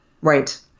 Right